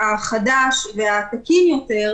בניסוי החדש והתקין היום,